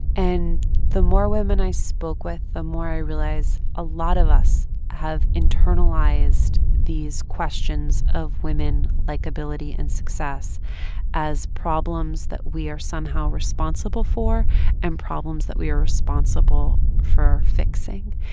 and the more women i spoke with, the more i realize a lot of us have internalized these questions of women likeability and success as problems that we are somehow responsible for and problems that we are responsible for fixing.